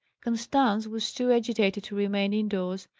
constance was too agitated to remain indoors.